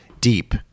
deep